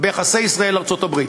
ביחסי ישראל ארצות-הברית.